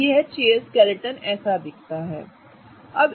तो यह chair skeleton ऐसा दिखता है